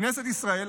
כנסת ישראל,